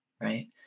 right